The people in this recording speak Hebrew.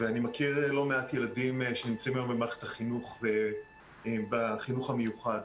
ואני מכיר לא מעט ילדים שנמצאים היום במערכת החינוך בחינוך המיוחד.